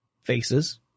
faces